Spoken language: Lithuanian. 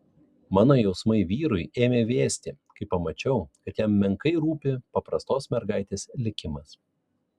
mano jausmai vyrui ėmė vėsti kai pamačiau kad jam menkai rūpi paprastos mergaitės likimas